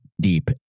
deep